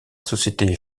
société